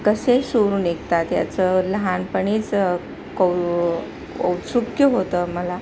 कसे सूर निघतात याचं लहानपणीच कौ औत्सुक्य होतं मला